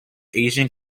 asian